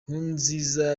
nkurunziza